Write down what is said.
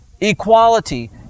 equality